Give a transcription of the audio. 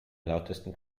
lautesten